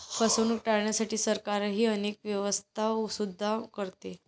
फसवणूक टाळण्यासाठी सरकारही अनेक व्यवस्था सुद्धा करते